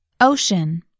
Ocean